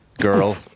Girl